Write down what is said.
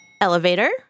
Elevator